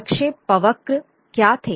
प्रक्षेपवक्र क्या थे